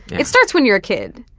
it starts when you're a kid.